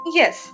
yes